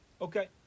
Okay